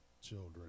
children